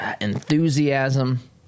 enthusiasm